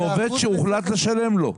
זה עובד שהוחלט לשלם לו.